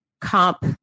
comp